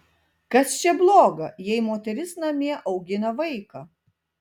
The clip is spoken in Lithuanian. kas čia bloga jei moteris namie augina vaiką